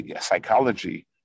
psychology